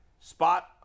spot